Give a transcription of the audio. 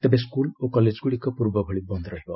ତେବେ ସ୍କ୍ରଲ ଓ କଲେଜଗ୍ରଡ଼ିକ ପ୍ରର୍ବଭଳି ବନ୍ଦ ରହିବ